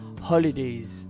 holidays